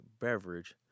beverage